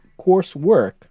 coursework